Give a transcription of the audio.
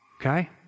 okay